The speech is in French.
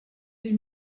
ses